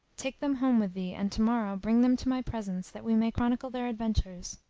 take them home with thee and tomorrow bring them to my presence that we may chronicle their adventures.